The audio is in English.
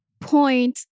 point